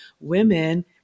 Women